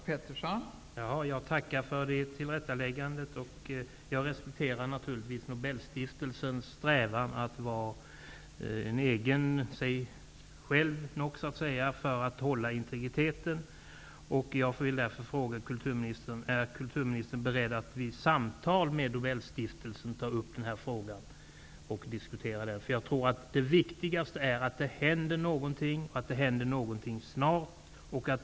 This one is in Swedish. Fru talman! Jag tackar för det kompletterande svaret. Jag respekterar naturligvis Nobelstiftelsens strävan att vara sig selv nok för att behålla sin integritet. Jag vill därför fråga kulturministern om hon är beredd att vid samtal med Nobelstiftelsen ta upp den här frågan och diskutera den. Jag tror att det viktigaste är att det händer någonting och att det händer någonting snart.